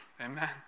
Amen